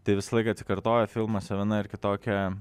tai visąlaik atsikartoja filmuose viena ar kitokia